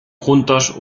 juntos